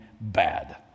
bad